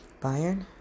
Bayern